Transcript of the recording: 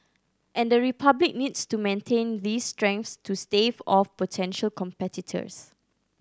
and the Republic needs to maintain these strengths to stave off potential competitors